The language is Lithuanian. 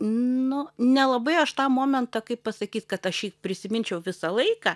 nu nelabai aš tą momentą kaip pasakyt kad aš jį prisiminčiau visą laiką